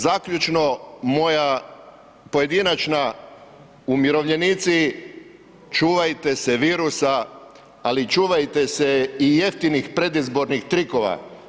Zaključno, moja pojedinačna, umirovljenici, čuvajte se virusa, ali čuvajte se i jeftinih predizbornih trikova.